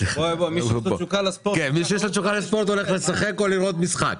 מי שיש לו תשוקה לספורט הולך לשחק או לראות משחק.